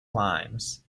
limes